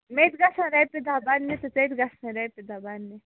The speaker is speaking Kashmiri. مےٚ تہِ گَژھن رۄپیہِ دٔ بَننہِ تہٕ ژےٚ تہِ گَژھٕنےَ رۄپیہِ دہ بَننہِ